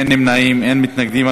אין נמנעים, אין מתנגדים.